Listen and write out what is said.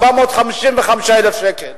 344.455 מיליון שקל,